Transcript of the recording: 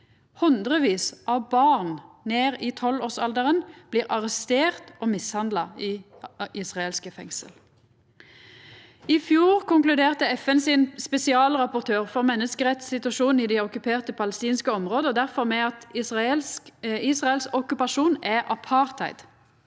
Hundrevis av barn ned i tolvårsalderen blir arresterte og mishandla i israelske fengsel. I fjor konkluderte difor FNs spesialrapportør for menneskerettssituasjonen i dei okkuperte palestinske områda med at Israels okkupasjon er apartheid.